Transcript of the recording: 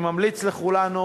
אני ממליץ לכולנו,